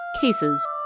cases